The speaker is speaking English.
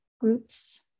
groups